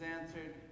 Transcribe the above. answered